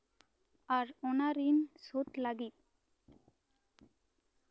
ᱟᱨ ᱚᱱᱟ ᱨᱤᱱ ᱥᱳᱫᱷ ᱞᱟᱹᱜᱤᱫ